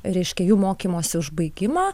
reiškia jų mokymosi užbaigimą